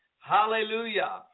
Hallelujah